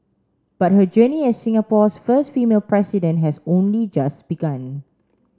but her journey as Singapore's first female president has only just begun